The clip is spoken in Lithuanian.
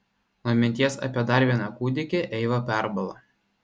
nuo minties apie dar vieną kūdikį eiva perbalo